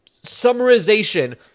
summarization